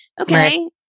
Okay